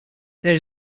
there